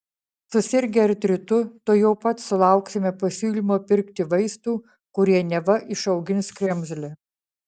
susirgę artritu tuojau pat sulauksime pasiūlymo pirkti vaistų kurie neva išaugins kremzlę